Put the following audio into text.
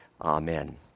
Amen